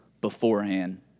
beforehand